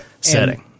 setting